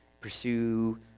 pursue